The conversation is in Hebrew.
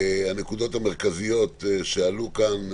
הנקודות המרכזיות שעלו כאן: